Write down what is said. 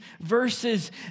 verses